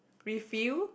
refill